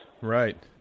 Right